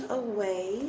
away